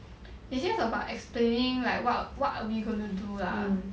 it's just about explaining like what what are we gonna do lah